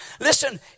Listen